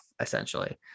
essentially